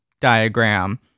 diagram